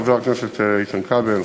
חבר הכנסת איתן כבל,